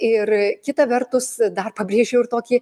ir kita vertus dar pabrėžčiau ir tokį